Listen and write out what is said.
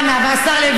חלאס, די,